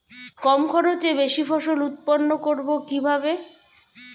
কম খরচে বেশি ফসল উৎপন্ন করব কিভাবে?